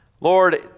Lord